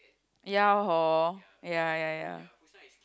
ya hor ya ya ya